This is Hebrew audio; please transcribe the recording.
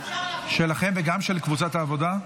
שלכם וגם של קבוצת העבודה?